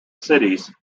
cities